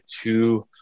two